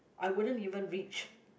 I wouldn't even reach